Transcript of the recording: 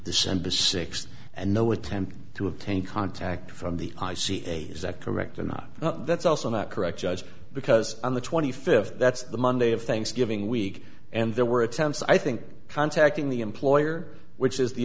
december sixth and no attempt to obtain contact from the is that correct or not that's also not correct judge because on the twenty fifth that's the monday of thanksgiving week and there were attempts i think contacting the employer which is the